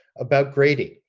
about grading.